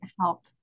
help